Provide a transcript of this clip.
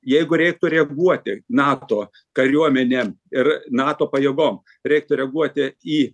jeigu reiktų reaguoti nato kariuomenė ir nato pajėgom reiktų reaguoti į